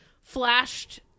flashed